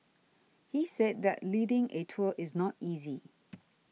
he said that leading a tour is not easy